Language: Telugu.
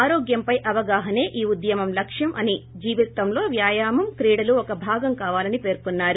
ఆరోగ్యంపై అవగాహసే ఈ ఉద్యమం లక్ష్యం అని జీవితంలో వ్యాయామం క్రీడలు ఒక భాగం కావాలని పేర్కొన్నారు